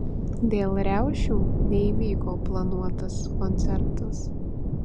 dėl riaušių neįvyko planuotas koncertas